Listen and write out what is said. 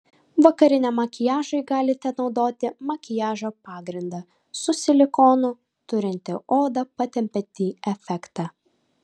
vakariniam makiažui galite naudoti makiažo pagrindą su silikonu turintį odą patempiantį efektą